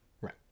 Right